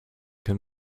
can